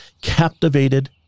captivated